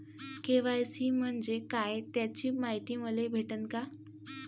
KYC म्हंजे काय त्याची मायती मले भेटन का?